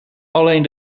alleen